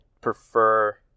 prefer